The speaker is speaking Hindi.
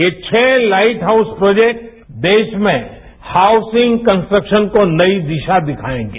ये छह लाइट हाउस प्रोजेक्ट देश में हाउसिंगकन्सट्रक्शन को नई दिशा दिखाएंगे